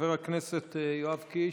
חבר הכנסת יואב קיש,